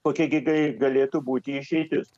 kokia gi gai galėtų būti išeitis